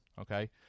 okay